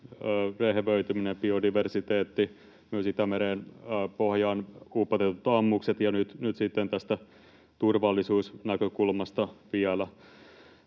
rehevöityminen, biodiversiteetti, myös Itämeren pohjaan upotetut ammukset — ja nyt sitten vielä tästä turvallisuusnäkökulmasta. Tällä